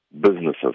businesses